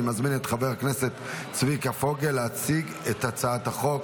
אני מזמין את חבר הכנסת צביקה פוגל להציג את הצעת החוק.